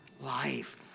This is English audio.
life